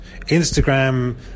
Instagram